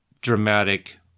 dramatic